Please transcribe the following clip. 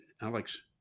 Alex